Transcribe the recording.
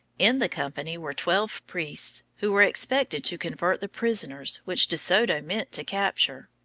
in the company were twelve priests, who were expected to convert the prisoners which de soto meant to capture.